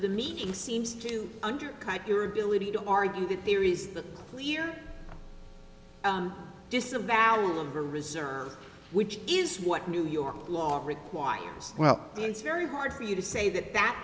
the meeting seems to undercut your ability to argue the theories clear disavowal of a reserve which is what new york law requires well it's very hard for you to say that that